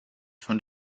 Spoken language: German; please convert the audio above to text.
von